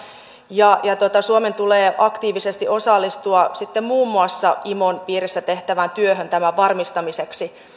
ja suomen tulee aktiivisesti osallistua sitten muun muassa imon piirissä tehtävään työhön tämän varmistamiseksi